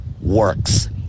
works